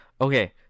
Okay